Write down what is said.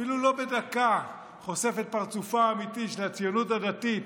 "אפילו לא בדקה" חושף את פרצופה האמיתי של הציונות הדתית,